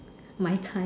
my time